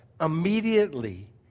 Immediately